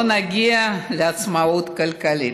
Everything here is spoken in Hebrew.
לא נגיע לעצמאות כלכלית.